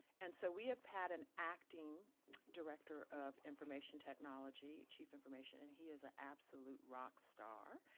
and so we have had an acting director of information technology chief information. and he is an absolute rock star.